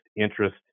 interest